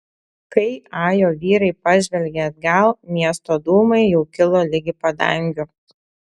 kai ajo vyrai pažvelgė atgal miesto dūmai jau kilo ligi padangių